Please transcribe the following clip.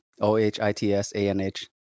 O-H-I-T-S-A-N-H